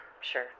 sure